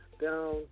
Down